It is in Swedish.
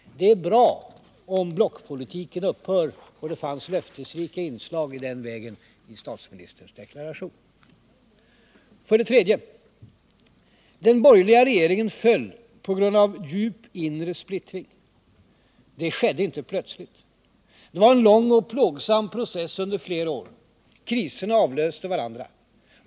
Det är bra om blockpolitiken upphör. Och det fanns löftesrika inslag i den vägen i statsministerns deklaration. För det tredje: Den borgerliga regeringen föll på grund av djup inre splittring. Det skedde inte plötsligt. Det var en lång och plågsam process under flera år. Kriserna avlöste varandra.